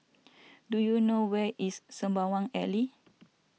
do you know where is Sembawang Alley